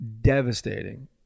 devastating